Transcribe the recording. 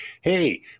Hey